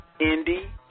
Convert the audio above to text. Indy